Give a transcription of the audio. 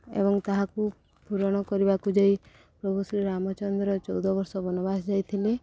ଏବଂ ତାହାକୁ ପୂରଣ କରିବାକୁ ଯାଇ ପ୍ରଭୁ ଶ୍ରୀ ରାମଚନ୍ଦ୍ର ଚଉଦ ବର୍ଷ ବନବାସ ଯାଇଥିଲେ